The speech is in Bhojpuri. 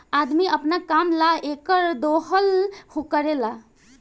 अदमी अपना काम ला एकर दोहन करेला